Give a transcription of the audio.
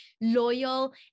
loyal